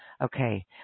okay